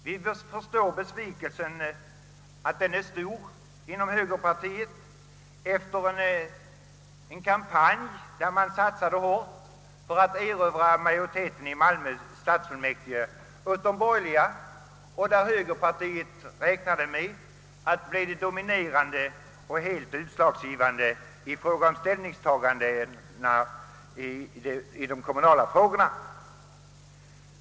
Vi förstår att besvikelsen är stor inom högerpartiet efter en kampanj, där man satsade hårt för att erövra majoritet i Malmö stadsfullmäktige åt de borgerliga och där högerpartiet räknade med att bli dominerande och helt utslagsgivande vid ställningstaganden i de kommunala frågorna.